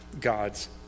God's